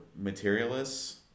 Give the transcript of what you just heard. materialists